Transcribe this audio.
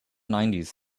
nineties